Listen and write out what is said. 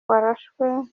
warashwe